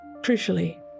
crucially